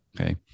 Okay